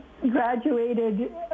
graduated